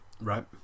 Right